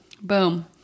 Boom